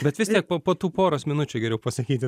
bet vis tiek po po tų poros minučių geriau pasakyti